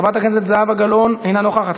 חברת הכנסת זהבה גלאון, אינה נוכחת.